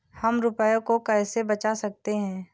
हम रुपये को कैसे बचा सकते हैं?